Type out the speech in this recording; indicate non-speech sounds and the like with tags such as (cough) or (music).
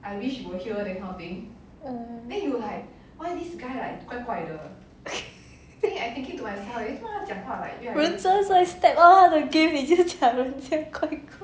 oh (laughs) 人家在 step up 他的 game 你就讲人家怪怪